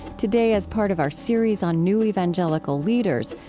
today, as part of our series on new evangelical leaders,